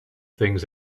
things